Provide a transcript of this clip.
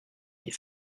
ils